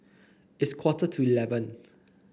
its quarter to eleven